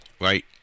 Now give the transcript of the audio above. right